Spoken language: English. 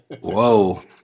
whoa